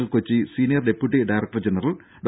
L Kochi senior deputy director general Dr